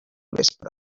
vespre